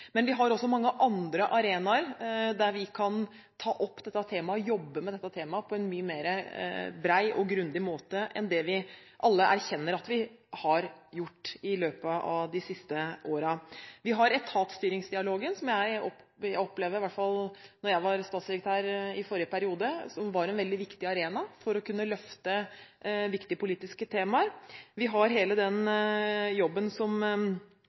Men vi har også mange andre arenaer der vi kan ta opp dette temaet, og der vi kan jobbe med det på en mye bredere og mer grundig måte enn det vi alle erkjenner at vi har gjort i løpet av de siste årene. Vi har etatsstyringsdialogen, som jeg i hvert fall da jeg i forrige periode var statssekretær, opplevde var en veldig viktig arena for å kunne løfte viktige politiske temaer. Vi har hele den jobben som